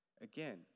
Again